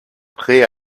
prêt